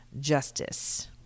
justice